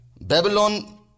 Babylon